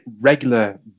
regular